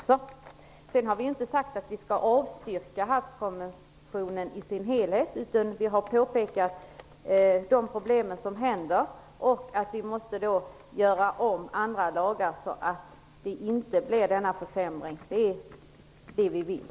Sedan har vi inte sagt att vi skall avstyrka Havsrättskonventionen i sin helhet, utan vi har påpekat vilka problem som kan komma i fråga och att vi måste göra om andra lagar så att denna försämring inte kommer till stånd. Det är det vi vill.